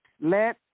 let